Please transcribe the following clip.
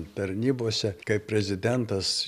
tarnybose kaip prezidentas